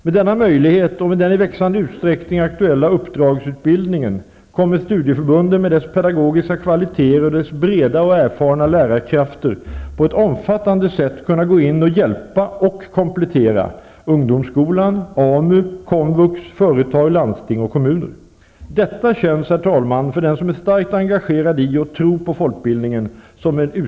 Med denna möjlighet, och med den i växande utsträckning aktuella uppdragsutbildningen, kommer studieförbunden, med deras pedagogiska kvaliteter och deras breda och erfarna lärarkrafter, att på ett omfattade sätt kunna gå in och hjälpa och komplettera ungdomsskolan, AMU, komvux, företag, landsting och kommuner. Detta känns som en utmaning och en möjlighet för den som är starkt engagerad i och tror på folkbildningen.